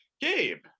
Gabe